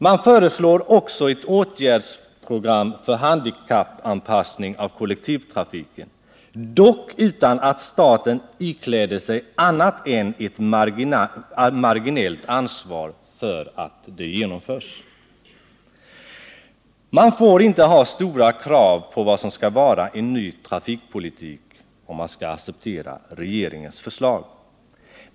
Man föreslår också ett åtgärdsprogram för handikappanpassningen av kollektivtrafiken, dock utan att staten ikläder sig annat än ett marginellt ansvar för att det genomförs. Man får inte ha stora krav på vad som skall vara en ny trafikpolitik, om man skall acceptera regeringens förslag.